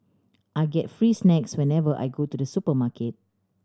I get free snacks whenever I go to the supermarket